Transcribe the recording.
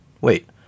Wait